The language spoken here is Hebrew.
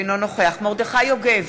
אינו נוכח מרדכי יוגב,